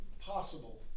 possible